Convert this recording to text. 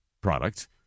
products